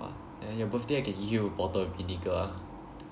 !wah! then your birthday I can give you a bottle of vinegar ah